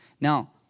Now